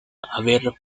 haber